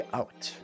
out